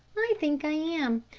i think i am.